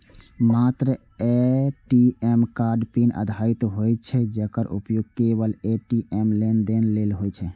मात्र ATM card pin आधारित होइ छै, जेकर उपयोग केवल ए.टी.एम लेनदेन लेल होइ छै